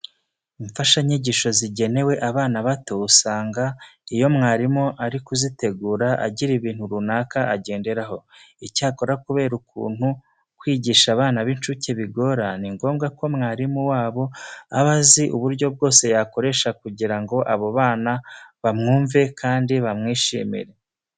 Imfashanyigisho zigenewe abana bato usanga iyo umwarimu ari kuzitegura agira ibintu runaka agenderaho. Icyakora kubera ukuntu kwigisha abana b'incuke bigora, ni ngombwa ko mwarimu wabo aba azi uburyo bwose yakoresha kugira ngo abo bana bamwumve kandi bamwishimire.